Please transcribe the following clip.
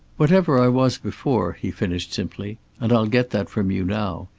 whatever i was before. he finished simply, and i'll get that from you now,